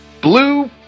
Blue